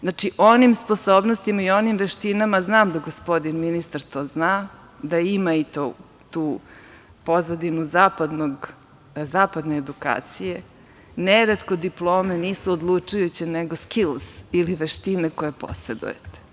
Znači, onim sposobnostima i onim veštinama, znam da gospodin ministar to zna, da ima i tu pozadinu zapadne edukacije, neretko diplome nisu odlučujuće nego „skils“ ili veštine koje posedujete.